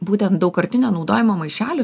būtent daugkartinio naudojimo maišelių